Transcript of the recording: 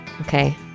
okay